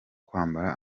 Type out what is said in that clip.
kwambara